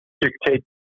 dictate